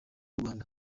rwanda